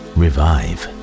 revive